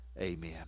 Amen